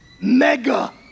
Mega